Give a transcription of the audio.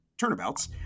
turnabouts